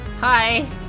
Hi